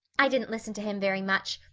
i didn't listen to him very much.